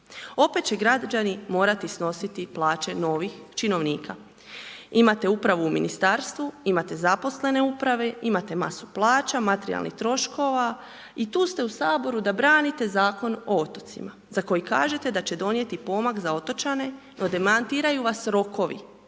Opet će građani morati snositi plaće novih činovnika. Imate upravu u Ministarstvu, imate zaposlene u upravi, imate masu plaća, materijalnih troškova i tu ste u Saboru da branite Zakon o otocima za koji kažete da će donijeti pomak za otočane no demantiraju vas rokovi